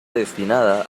destinada